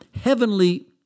heavenly